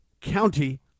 County